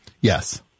yes